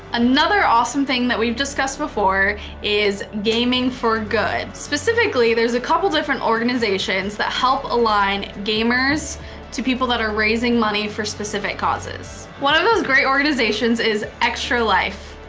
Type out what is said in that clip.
another awesome thing that we've discussed before is gaming for good. specifically, there's a couple different organizations that help align gamers to people that are raising money for specific causes. one of those great organizations is extra life.